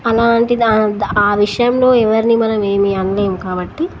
అలాంటి ఆ విషయంలో ఎవరిని మనం ఏమి అనలేం కాబట్టి